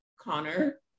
Connor